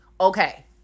okay